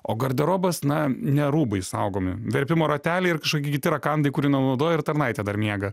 o garderobas na ne rūbai saugomi verpimo rateliai ir kažkokie kiti rakandai kurių nenaudoji ir tarnaitė dar miega